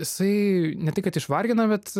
jisai ne tai kad išvargina bet